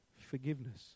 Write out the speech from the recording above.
forgiveness